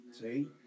See